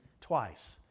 twice